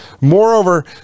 Moreover